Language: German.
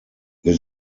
wir